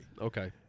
Okay